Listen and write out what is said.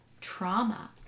trauma